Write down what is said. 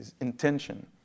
intention